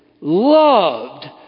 loved